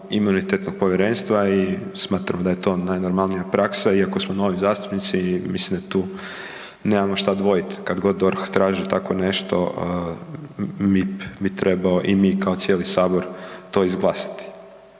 imunitet preko MIP-a i smatramo da je to najnormalnija praksa iako smo novi zastupnici i mislim da tu nemamo šta dvojit, kad god DORH traži tako nešto MIP bi trebao i mi kao cijeli sabor to izglasati.